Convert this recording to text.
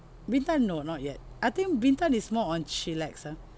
bintan no not yet I think bintan is more on chillax ah